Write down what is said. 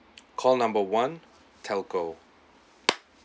call number one telco